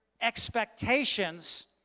expectations